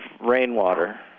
rainwater